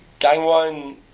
Gangwon